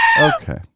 okay